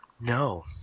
No